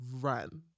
run